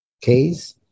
case